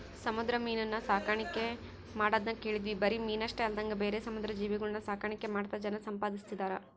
ಸಮುದ್ರ ಮೀನುನ್ನ ಸಾಕಣ್ಕೆ ಮಾಡದ್ನ ಕೇಳಿದ್ವಿ ಬರಿ ಮೀನಷ್ಟೆ ಅಲ್ದಂಗ ಬೇರೆ ಸಮುದ್ರ ಜೀವಿಗುಳ್ನ ಸಾಕಾಣಿಕೆ ಮಾಡ್ತಾ ಜನ ಸಂಪಾದಿಸ್ತದರ